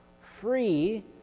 free